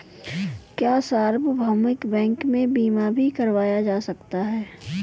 क्या सार्वभौमिक बैंक में बीमा भी करवाया जा सकता है?